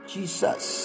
Jesus